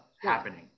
happening